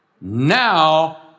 Now